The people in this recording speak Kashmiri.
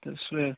تہٕ سُے حظ